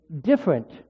different